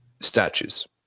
statues